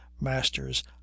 master's